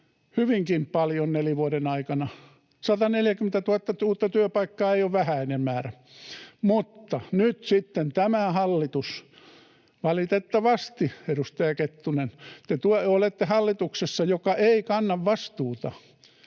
hyvinkin paljon neljän vuoden aikana: 140 000 uutta työpaikkaa ei ole vähäinen määrä. Mutta nyt sitten tämä hallitus... Valitettavasti, edustaja Kettunen, te olette hallituksessa, joka ei kanna vastuuta